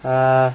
uh